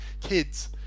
kids